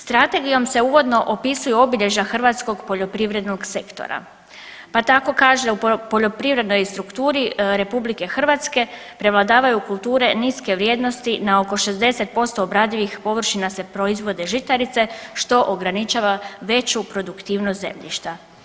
Strategijom se uvodno opisuju obilježja hrvatskog poljoprivrednog sektora, pa tako kaže u poljoprivrednoj strukturi RH, prevladavaju kulture niske vrijednosti na oko 60% obradivih površina se proizvode žitarice, što ograničava veću produktivnost zemljišta.